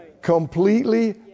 completely